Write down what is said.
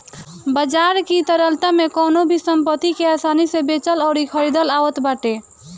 बाजार की तरलता में कवनो भी संपत्ति के आसानी से बेचल अउरी खरीदल आवत बाटे